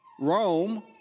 Rome